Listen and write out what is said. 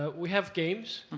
we have games,